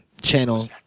channel